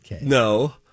no